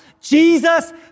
Jesus